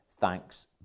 Thanks